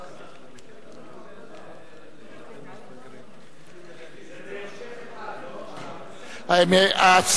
זה בהמשך אחד, לא?